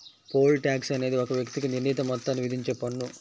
pole tax అనేది ఒక వ్యక్తికి నిర్ణీత మొత్తాన్ని విధించే పన్ను